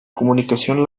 comunicación